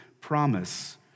promise